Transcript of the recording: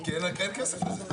כי אין כסף לזה.